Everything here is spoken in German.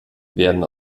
werden